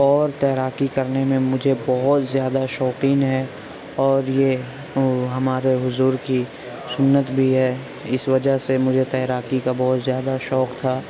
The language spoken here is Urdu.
اور تیراکی کرنے میں مجھے بہت زیادہ شوقین ہے اور یہ وہ ہمارے حضور کی سنت بھی ہے اس وجہ سے مجھے تیراکی کا بہت زیادہ شوق تھا